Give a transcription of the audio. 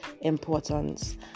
importance